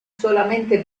solamente